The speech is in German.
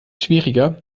schwieriger